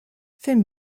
für